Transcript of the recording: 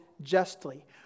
justly